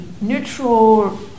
neutral